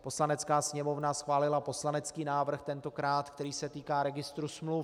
Poslanecká sněmovna schválila poslanecký návrh tentokrát, který se týká registru smluv.